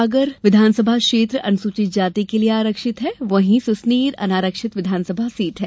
आगर विघानसभा क्षेत्र अनुसूचित जाति के लिए आरक्षित है वहीं सुसनेर अनारक्षित विघानसभा सीट है